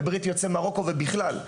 בברית יוצאי מרוקו ובכלל,